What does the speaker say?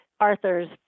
Arthur's